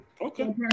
Okay